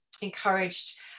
encouraged